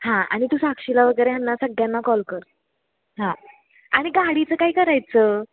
हां आणि तू साक्षीला वगैरे ह्यांना सगळ्यांना कॉल कर हां आणि गाडीचं काय करायचं